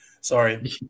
Sorry